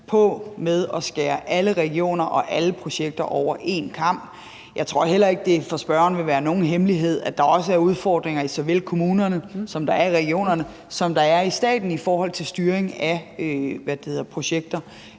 på med at skære alle regioner og alle projekter over én kam. Jeg tror heller ikke, det for spørgeren vil være nogen hemmelighed, at der er udfordringer i såvel kommunerne som regionerne og staten i forhold til styring af byggeriprojekter.